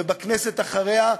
ובכנסת אחריה,